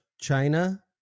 china